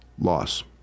loss